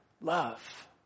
love